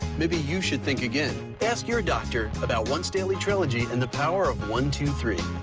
maybe you should think again. ask your doctor about once-daily trelegy and the power of one two three.